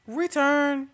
return